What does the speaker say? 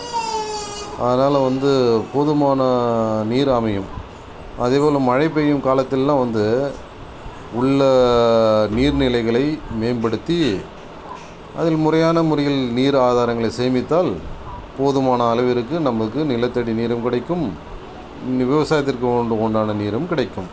அதனால் வந்து போதுமான நீர் அமையும் அதிலும் மழை பெய்யும் காலத்திலெல்லாம் வந்து உள்ள நீர் நிலைகளை மேம்படுத்தி அதில் முறையான முறையில் நீர் ஆதாரங்களை சேமித்தால் போதுமான அளவிற்கு நமக்கு நிலத்தடி நீரும் கிடைக்கும் விவசாயத்திற்கு உண்டான நீரும் கிடைக்கும்